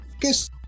guess